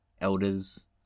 elders